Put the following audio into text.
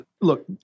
Look